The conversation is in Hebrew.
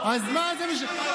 אז מה זה משנה?